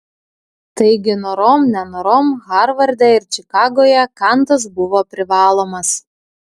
taigi norom nenorom harvarde ir čikagoje kantas buvo privalomas